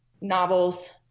novels